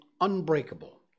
unbreakable